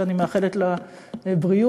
שאני מאחלת לה בריאות,